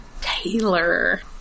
Taylor